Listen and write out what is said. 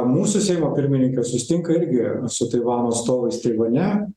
mūsų seimo pirmininkė susitinka irgi su taivano atstovais taivane